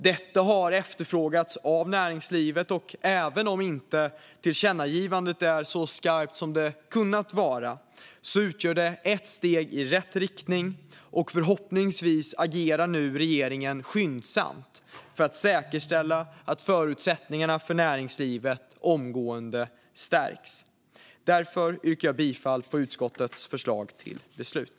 Detta har efterfrågats av näringslivet, och även om tillkännagivandet inte är så skarpt som det hade kunnat vara utgör det ett steg i rätt riktning. Förhoppningsvis agerar nu regeringen skyndsamt för att säkerställa att förutsättningarna för näringslivet omgående stärks. Därför yrkar jag bifall till utskottets förslag till beslut.